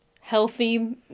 Healthy